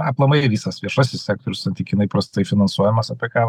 aplamai visas viešasis sektorius santykinai prastai finansuojamas apie ką